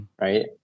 right